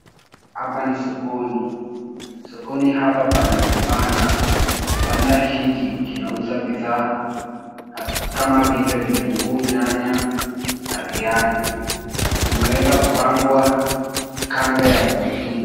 Hapa ni sokoni. Sokoni hapa pana kibanda. Kibanda hiki kinauza bidhaa kama vile vitunguu, nyanya na viazi. Vimeweza kupangwa kando ya vingine.